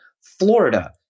Florida